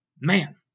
man